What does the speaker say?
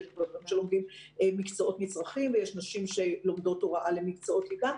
יש גברים שלומדים מקצועות נצרכים ויש נשים שלומדות הוראה למקצועות ליבה,